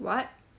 what